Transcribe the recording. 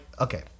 okay